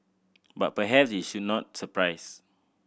but perhaps it should not surprise